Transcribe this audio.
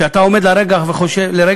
וכשאתה עומד לרגע וחושב,